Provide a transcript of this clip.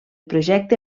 projecte